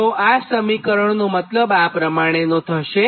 તો આ સમીકરણનો મતલબ આ પ્રમાણે થશે